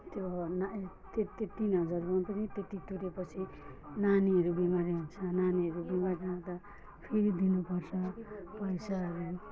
त्यो ना त्यो त्यो तिन हजारमा पनि त्यत्ति तुरिएपछि नानीहरू बिमारी हुन्छ नानीहरू बिमारी हुँदा फेरि दिनुपर्छ पैसाहरू